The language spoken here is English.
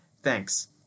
Thanks